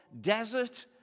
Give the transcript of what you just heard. Desert